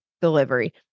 delivery